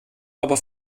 aber